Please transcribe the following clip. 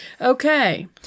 Okay